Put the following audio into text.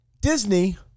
Disney